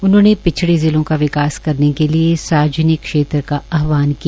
उन्होंने पिछड़े जिलों का विकास करने के लिए सार्वजनिक क्षेत्र का आहवान किया